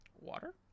water